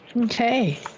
Okay